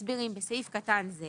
בסעיף קטן זה